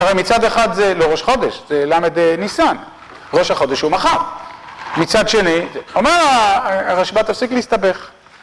מצד אחד זה לא ראש חודש, זה למד ניסן. ראש החודש הוא מחר. מצד שני, אמר הרשב"ה תפסיק להסתבך.